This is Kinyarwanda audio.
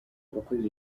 abakozi